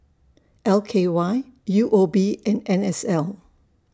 L K Y U O B and N S L